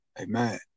amen